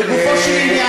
לגופו של עניין,